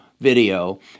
video